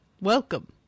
Welcome